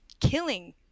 killing